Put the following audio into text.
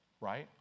right